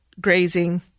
grazing